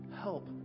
help